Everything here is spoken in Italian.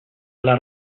alla